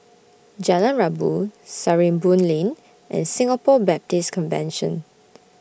Jalan Rabu Sarimbun Lane and Singapore Baptist Convention